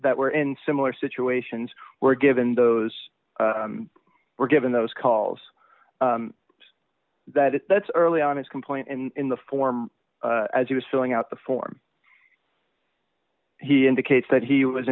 that were in similar situations were given those were given those calls that that's early on his complaint in the form as he was filling out the form he indicates that he was